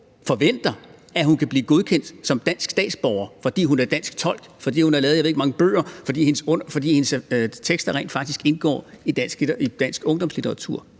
forventer, at hun kan blive godkendt som dansk statsborger, fordi hun er dansk tolk, fordi hun har skrevet, jeg ved ikke hvor mange bøger, og fordi hendes tekster rent faktisk indgår i dansk ungdomslitteratur